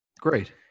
Great